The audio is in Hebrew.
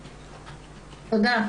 תודה.